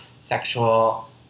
sexual